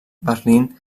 berlín